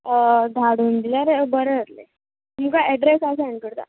धाडून दिल्यार बरें जातलें तुमकां एडरेस हांव सेंड करता